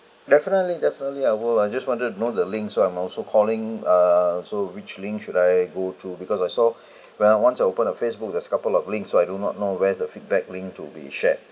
definitely definitely I would I just wanted to know the link so I'm also calling uh so which link should I go through because I saw when I once open uh Facebook there's couple of links so I do not know where's the feedback link to be shared